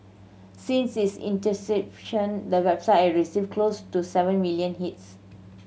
since its the website at received close to seven million hits